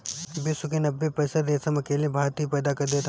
विश्व के नब्बे प्रतिशत रेशम अकेले भारत ही पैदा कर देत हवे